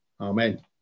Amen